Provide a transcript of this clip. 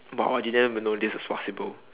but !wah! I didn't even know this was possible